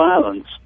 violence